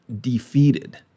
defeated